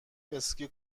اسکی